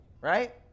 right